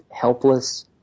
helpless